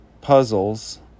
puzzles